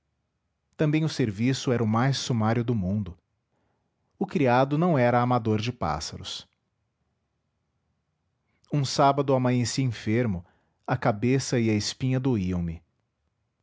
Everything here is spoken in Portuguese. também o serviço era o mais sumário do mundo o criado não era amador de pássaros um sábado amanheci enfermo a cabeça e a espinha